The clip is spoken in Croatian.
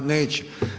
Neće.